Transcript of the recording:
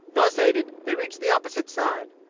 thus aided they reached the opposite side.